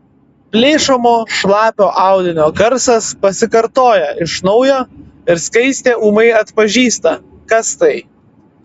plėšomo šlapio audinio garsas pasikartoja iš naujo ir skaistė ūmai atpažįsta kas tai